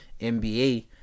NBA